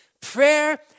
Prayer